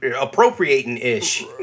appropriating-ish